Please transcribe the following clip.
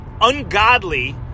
ungodly